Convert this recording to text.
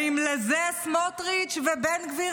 האם לזה סמוטריץ' ובן גביר,